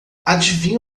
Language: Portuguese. adivinha